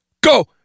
Go